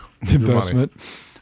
investment